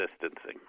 distancing